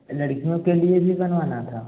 लड़कियों के लिए भी बनवाना था